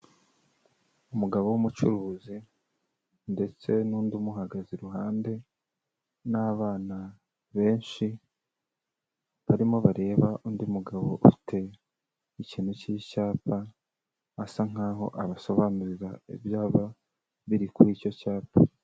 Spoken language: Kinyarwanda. Umugabo w'umucuruzi ndetse n'undi umuhagaze iruhande, n'abana benshi, barimo bareba undi mugabo ufite ikintu cy'icyapa, asa nk'aho abasobanurira ibyaba biri kuri icyo cyapa.